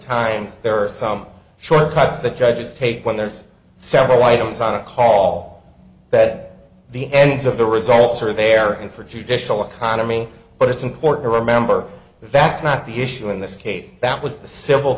times there are some shortcuts the judges take when there's several items on call bed the ends of the results are there and for judicial economy but it's important to remember the facts not the issue in this case that was the civil